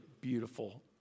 beautiful